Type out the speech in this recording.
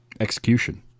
execution